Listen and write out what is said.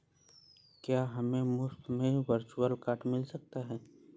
क्या हमें मुफ़्त में वर्चुअल कार्ड मिल सकता है?